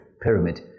pyramid